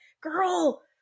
girl